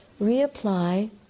reapply